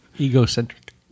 egocentric